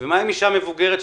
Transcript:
ומה עם אישה מבוגרת,